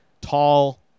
tall